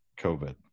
COVID